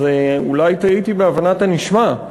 אז אולי טעיתי בהבנת הנשמע.